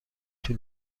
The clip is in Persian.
طول